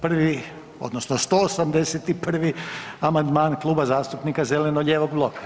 Prvi odnosno 181. amandman Kluba zastupnika zeleno-lijevog bloka.